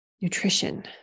Nutrition